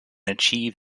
achieve